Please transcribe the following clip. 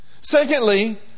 Secondly